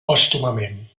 pòstumament